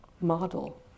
model